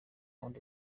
wundi